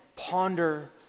ponder